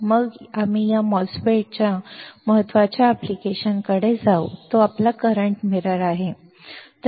आणि मग आम्ही या MOSFET च्या महत्वाच्या अनुप्रयोगाकडे जाऊ जे आपला करंट मिरर आहे